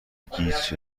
گیج